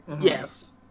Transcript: Yes